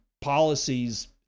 policies